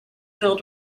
filled